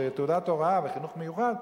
תעודת הוראה וחינוך מיוחד,